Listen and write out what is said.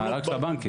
אה, רק של הבנקים?